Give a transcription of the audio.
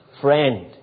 Friend